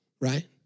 Right